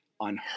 on